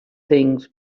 things